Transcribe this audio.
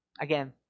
again